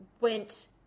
went